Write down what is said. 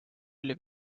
oli